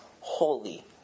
holy